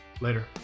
Later